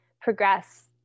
progress